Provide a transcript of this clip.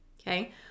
okay